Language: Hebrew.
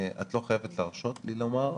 את לא חייבת להרשות לי לומר,